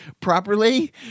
properly